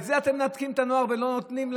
ומזה אתם מנתקים את הנוער ולא נותנים להם.